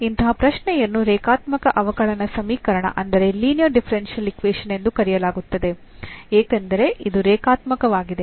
ಇಂತಹ ಪ್ರಶ್ನೆಯನ್ನು ರೇಖಾತ್ಮಕ ಅವಕಲನ ಸಮೀಕರಣ ಎಂದು ಕರೆಯಲಾಗುತ್ತದೆ ಏಕೆಂದರೆ ಇದು ರೇಖಾತ್ಮಕವಾಗಿದೆ